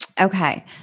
Okay